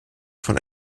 von